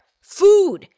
food